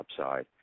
upside